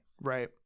right